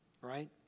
Right